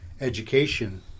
education